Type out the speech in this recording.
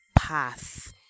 path